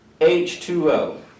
H2O